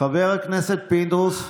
חבר הכנסת פינדרוס?